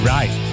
Right